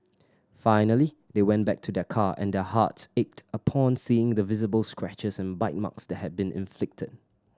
finally they went back to their car and their hearts ached upon seeing the visible scratches and bite marks that had been inflicted